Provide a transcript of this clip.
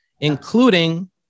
including